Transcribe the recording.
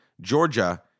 Georgia